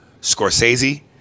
Scorsese